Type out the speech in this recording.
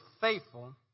faithful